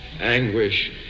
anguish